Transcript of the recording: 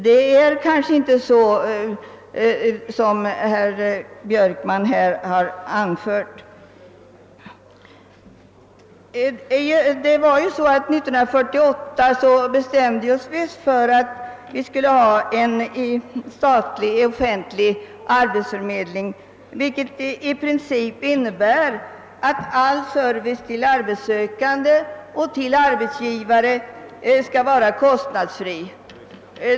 Det ligger alltså inte så till som herr Björkman har gjort gällande. År 1948 beslöt riksdagen att de skulle finnas en statlig offentlig arbetsförmedling, vilket i princip innebär att all service till arbetssökande och arbetsgivare skall vara kostnadsfri.